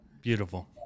beautiful